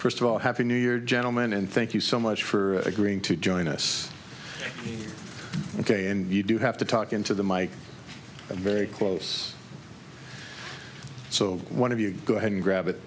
first of all happy new year gentlemen and thank you so much for agreeing to join us ok and you do have to talk into the mike very close so one of you go ahead and grab it